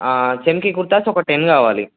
చమ్కీ కుర్తాస్ ఒక టెన్ కావాలి